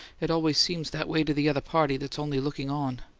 it always seems that way to the other party that's only looking on!